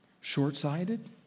Short-sighted